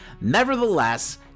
Nevertheless